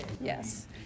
yes